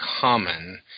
common